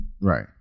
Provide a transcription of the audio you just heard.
Right